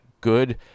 good